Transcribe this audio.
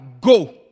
go